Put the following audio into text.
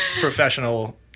professional